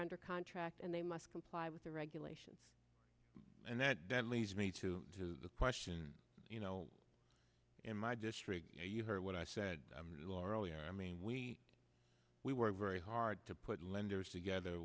under contract and they must comply with the regulations and that that leads me to a question you know in my district you heard what i said laura earlier i mean we we work very hard to put lenders together